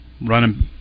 Running